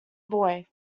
boy